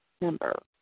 number